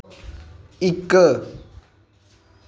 इक